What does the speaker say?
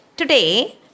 Today